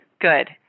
Good